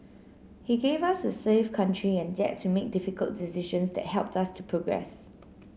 he gave us a safe country and dared to make difficult decisions that helped us to progress